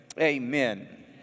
amen